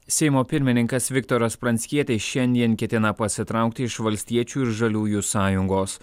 seimo pirmininkas viktoras pranckietis šiandien ketina pasitraukti iš valstiečių ir žaliųjų sąjungos